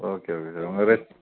okay okay sir உங்கள் ரெஸ்